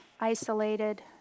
isolated